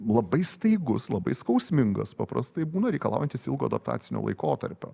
labai staigus labai skausmingas paprastai būna reikalaujantis ilgo adaptacinio laikotarpio